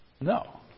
No